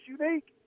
unique